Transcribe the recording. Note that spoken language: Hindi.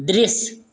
दृश्य